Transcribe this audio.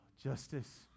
Justice